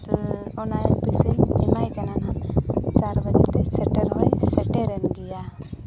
ᱚᱱᱟ ᱯᱚᱭᱥᱟᱧ ᱮᱢᱟᱭ ᱠᱟᱱᱟ ᱱᱟᱦᱟᱸᱜ ᱪᱟᱨ ᱵᱟᱡᱮ ᱛᱮᱭ ᱥᱮᱴᱮᱨᱚᱜᱼᱟᱭ ᱥᱮᱴᱮᱨᱮᱱ ᱜᱮᱭᱟ